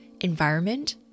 environment